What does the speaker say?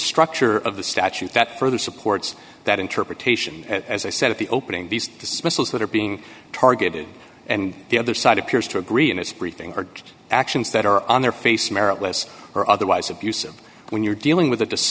structure of the statute that further supports that interpretation as i said at the opening these dismissals that are being targeted and the other side appears to agree in its briefing or actions that are on their face merit less or otherwise abusive when you're dealing with